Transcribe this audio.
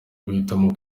guhitamo